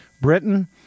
Britain